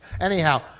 Anyhow